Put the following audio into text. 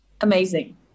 amazing